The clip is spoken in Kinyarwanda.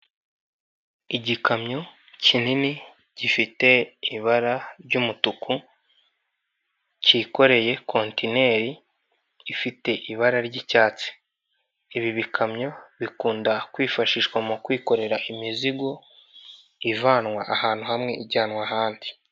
Igikamyo kinini gifite ibara ry'umutuku, cyikoreye kontineri ifite ibara ry'icyatsi, ibi bikamyo bikunda kwifashishwa mu kwikorera imizigo, ivanwa ahantu hamwe ijyanwa ahandi.